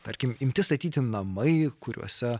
tarkim imti statyti namai kuriuose